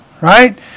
right